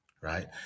right